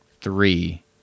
three